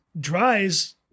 Dries